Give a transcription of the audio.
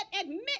admit